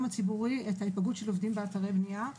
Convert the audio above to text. הציבורי את הפגיעה של עובדים באתרי בניה.